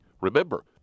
Remember